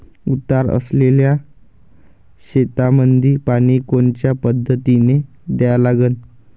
उतार असलेल्या शेतामंदी पानी कोनच्या पद्धतीने द्या लागन?